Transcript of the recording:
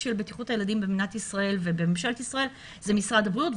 של בטיחות הילדים במדינת ישראל זה משרד הבריאות.